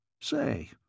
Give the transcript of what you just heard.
Say